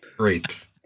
Great